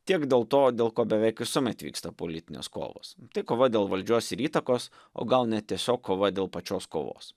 tiek dėl to dėl ko beveik visuomet vyksta politinės kovos tai kova dėl valdžios ir įtakos o gal net tiesiog kova dėl pačios kovos